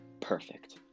perfect